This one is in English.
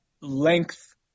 length